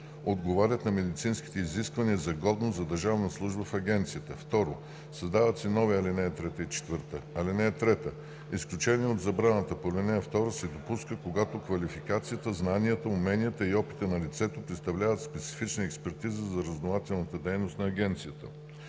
отговарят на медицинските изисквания за годност за държавна служба в Агенцията;“ 2. Създават се нови ал. 3 и 4: „(3) Изключение от забраната по ал. 2 се допуска, когато квалификацията, знанията, уменията и опита на лицето представляват специфична експертиза за разузнавателната дейност на Агенцията.